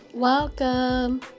Welcome